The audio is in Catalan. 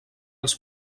els